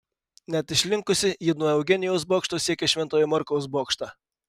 net išlinkusi ji nuo eugenijaus bokšto siekia šventojo morkaus bokštą